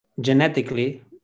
genetically